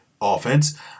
offense